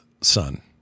son